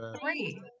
three